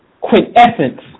quintessence